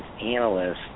analysts